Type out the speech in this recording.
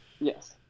Yes